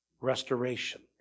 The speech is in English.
restoration